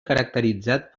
caracteritzat